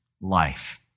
life